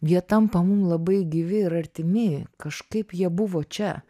jie tampa mum labai gyvi ir artimi kažkaip jie buvo čia